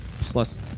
plus